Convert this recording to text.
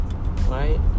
Right